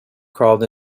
crawled